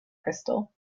crystal